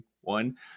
one